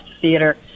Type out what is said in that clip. theater